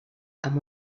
amb